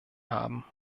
haben